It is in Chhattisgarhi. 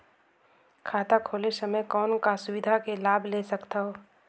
खाता खोले समय कौन का सुविधा के लाभ ले सकथव?